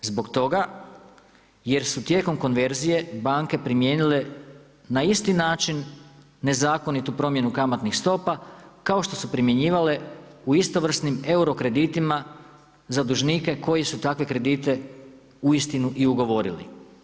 Zbog toga jer su tijekom konverzije banke primijenile na isti način nezakonitu promjenu kamatnih stopa kao što su primjenjivale u istovrsnim euro kreditima za dužnike koji su takve kredite uistinu i ugovorili.